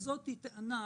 זאת טענה,